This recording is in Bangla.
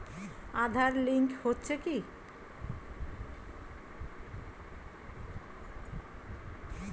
আঁধার লিঙ্ক হচ্ছে কি?